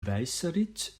weißeritz